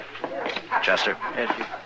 Chester